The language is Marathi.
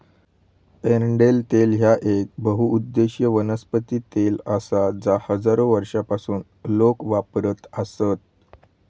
एरंडेल तेल ह्या येक बहुउद्देशीय वनस्पती तेल आसा जा हजारो वर्षांपासून लोक वापरत आसत